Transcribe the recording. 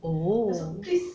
oh